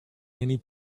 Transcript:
many